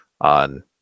on